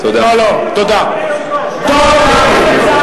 אתה לא יכול לענות לי, אתה יכול לענות לה.